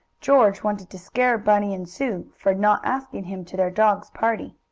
george wanted to scare bunny and sue for not asking him to their dog's party.